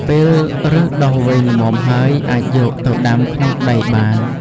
ពេលឫសដុះវែងល្មមហើយ អាចយកទៅដាំក្នុងដីបាន។